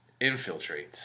infiltrates